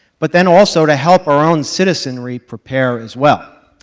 but then also to help our own citizenry prepare as well,